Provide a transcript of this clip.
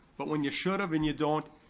but when you should've and you don't,